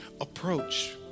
approach